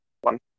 One